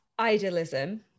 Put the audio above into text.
Idealism